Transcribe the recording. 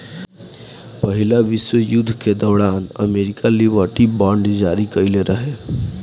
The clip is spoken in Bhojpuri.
पहिला विश्व युद्ध के दौरान अमेरिका लिबर्टी बांड जारी कईले रहे